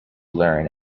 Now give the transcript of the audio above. learn